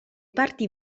parti